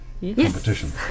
competition